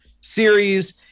series